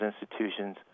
institutions